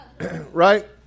Right